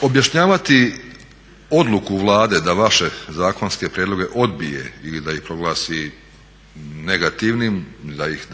Objašnjavati odluku Vlade da vaše zakonske prijedloge odbije ili da ih proglasi negativnih, da ih